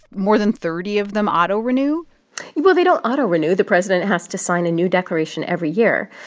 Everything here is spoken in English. more than thirty of them auto-renew well, they don't auto-renew. the president has to sign a new declaration every year,